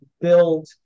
build